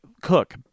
cook